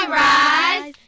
rise